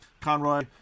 conroy